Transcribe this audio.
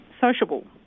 sociable